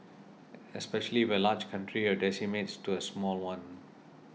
especially if a large country decimates to a small one